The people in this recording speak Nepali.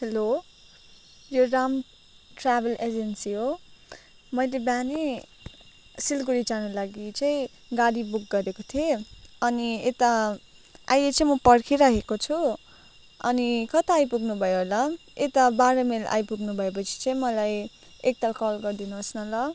हेलो यो राम ट्राभल एजेन्सी हो मैले बिहानै सिलगढी जानु लागि चाहिँ गाडी बुक गरेको थिएँ अनि यता अहिले चाहिँ म पर्खिरहेको छु अनि कता आइपुग्नु भयो होला यता बाह्र माइल आइपुग्नु भएपछि चाहिँ मलाई एक ताल कल गरिदिनुहोस् न ल